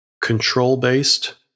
control-based